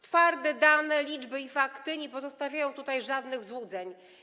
Twarde dane, liczby i fakty nie pozostawiają tutaj żadnych złudzeń.